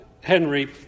Henry